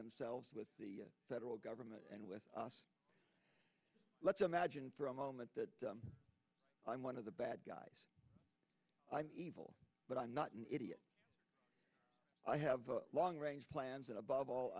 themselves with the federal government and with let's imagine for a moment that i'm one of the bad guys i'm evil but i'm not an idiot i have long range plans and above all